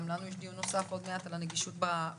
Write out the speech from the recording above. גם לנו יש דיון נוסף עוד מעט על הנגישות בחינוך.